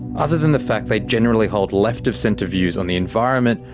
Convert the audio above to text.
other than the fact they generally hold left-of-centre views on the environment,